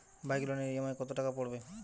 Bike লোনের EMI কত টাকা পড়বে?